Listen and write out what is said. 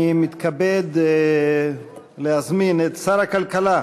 אני מתכבד להזמין את שר הכלכלה,